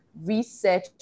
research